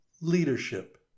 leadership